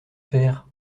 faire